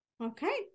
Okay